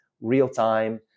real-time